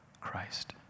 Christ